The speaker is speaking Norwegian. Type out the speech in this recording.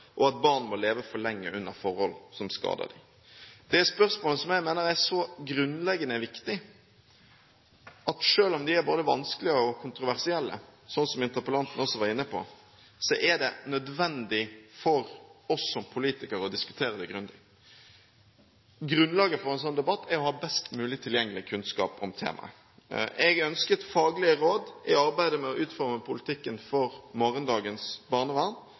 og barn må leve for lenge under forhold som skader dem. Dette er spørsmål som jeg mener er så grunnleggende viktig at selv om de er både vanskelige og kontroversielle, som også interpellanten var inne på, er det nødvendig for oss som politikere å diskutere det grundig. Grunnlaget for en slik debatt er å ha best mulig tilgjengelig kunnskap om temaet. Jeg ønsket faglige råd i arbeidet med å utforme politikken for morgendagens barnevern.